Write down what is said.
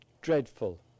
dreadful